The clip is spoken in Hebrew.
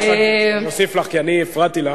בבקשה, גברתי, אני אוסיף לך, כי הפרעתי לך.